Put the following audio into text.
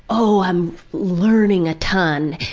oh, i'm learning a ton!